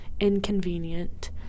inconvenient